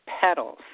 petals